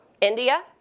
India